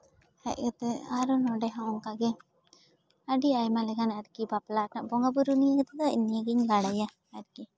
ᱦᱮᱡ ᱠᱟᱛᱮᱜ ᱟᱨ ᱱᱚᱸᱰᱮ ᱦᱚᱸ ᱚᱱᱠᱟᱜᱮ ᱟᱹᱰᱤ ᱟᱭᱢᱟ ᱞᱮᱠᱟᱱ ᱟᱨᱠᱤ ᱵᱟᱯᱞᱟ ᱨᱮᱱᱟᱜ ᱵᱚᱸᱜᱟᱼᱵᱩᱨᱩ ᱱᱤᱭᱮ ᱠᱟᱛᱮᱜ ᱫᱚ ᱱᱤᱭᱟᱹ ᱜᱤᱧ ᱵᱟᱲᱟᱭᱟ ᱟᱨᱠᱤ